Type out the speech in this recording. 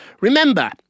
Remember